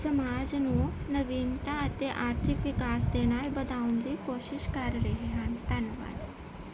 ਸਮਾਜ ਨੂੰ ਨਵੀਨਤਾ ਅਤੇ ਆਰਥਿਕ ਵਿਕਾਸ ਦੇ ਨਾਲ ਵਧਾਉਣ ਦੀ ਕੋਸ਼ਿਸ਼ ਕਰ ਰਹੇ ਹਨ ਧੰਨਵਾਦ